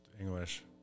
English